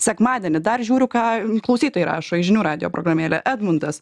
sekmadienį dar žiūriu ką klausytojai rašo į žinių radijo programėlę edmundas